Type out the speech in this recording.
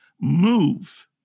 move